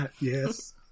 Yes